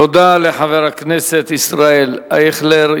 תודה לחבר הכנסת ישראל אייכלר.